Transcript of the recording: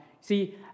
See